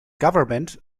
gouvernement